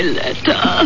letter